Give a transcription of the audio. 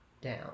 down